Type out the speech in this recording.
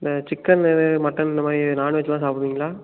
இந்த சிக்கன்னு மட்டன் இந்த மாதிரி நாண்வெஜ்லாம் சாப்பிடுவீங்களா